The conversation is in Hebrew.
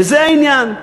וזה העניין.